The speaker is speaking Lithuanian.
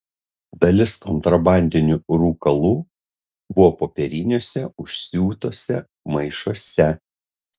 dalis kontrabandinių rūkalų buvo popieriniuose užsiūtuose maišuose